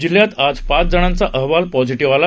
जिल्ह्यातआजपाचजणांचाअहवालपॉझिटिव्हआला